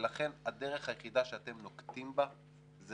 ולכן הדרך היחידה שאתם נוקטים בה זה